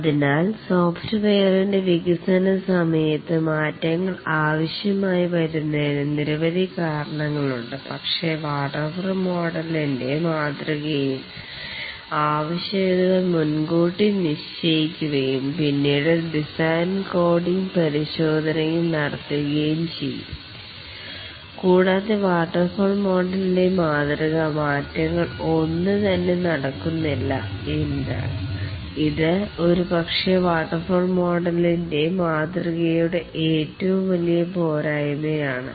അതിനാൽ സോഫ്റ്റ്വെയറിൻറെ വികസന സമയത്ത് മാറ്റങ്ങൾ ആവശ്യമായി വരുന്നതിന് നിരവധി കാരണങ്ങളുണ്ട് പക്ഷേ വാട്ടർഫാൾ മോഡലിൻ്റെ ത്തിന് മാതൃകയിൽ ആവശ്യകതകൾ മുൻകൂട്ടി നിശ്ചയിക്കുകയും പിന്നീട് ഡിസൈൻ കോഡിംഗ് പരിശോധനയും നടത്തുകയും ചെയ്യുന്നു കൂടാതെ വാട്ടർഫാൾ മോഡലിൻ്റെ മാതൃക മാറ്റങ്ങൾ ഒന്നും തന്നെ നടക്കുന്നില്ല ഇല്ല ഇത് ഒരുപക്ഷേ വാട്ടർഫാൾ മോഡലിൻ്റെ ത്തിന് മാതൃകയുടെ ഏറ്റവും വലിയ പോരായ്മയാണ്